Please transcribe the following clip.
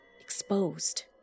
exposed